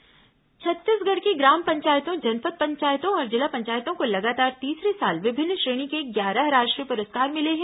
पंचायत पुरस्कार छत्तीसगढ़ की ग्राम पंचायतों जनपद पंचायतों और जिला पंचायतों को लगातार तीसरे साल विभिन्न श्रेणी के ग्यारह राष्ट्रीय पुरस्कार मिले हैं